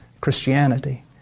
Christianity